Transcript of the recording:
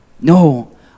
No